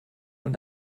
und